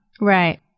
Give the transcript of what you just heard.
Right